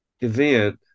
event